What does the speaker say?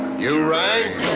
you rang?